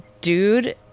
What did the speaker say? dude